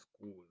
school